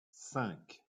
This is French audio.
cinq